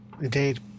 Indeed